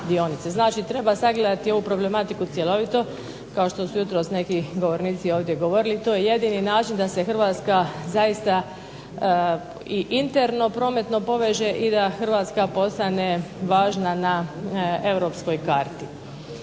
Znači treba sagledati ovu problematiku cjelovito, kao što su jutros neki govornici ovdje govorili, to je jedini način da se Hrvatska zaista i interno prometno poveže i da Hrvatska postane važna na europskoj karti.